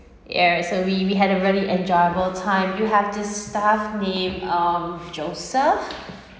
ya so we we had really enjoyable time you have the staff name um joseph